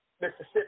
Mississippi